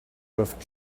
drift